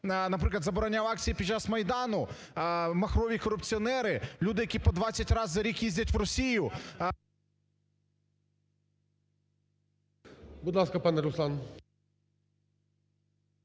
наприклад, забороняв акції під час Майдану, махрові корупціонери, люди, які по 20 раз за рік їздять в Росію… ГОЛОВУЮЧИЙ. Будь ласка, пане Руслан.